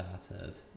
started